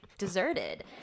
deserted